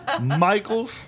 Michaels